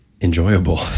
enjoyable